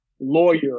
lawyer